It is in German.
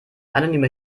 anonymer